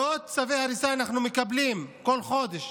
מאות צווי הריסה אנחנו מקבלים כל חודש.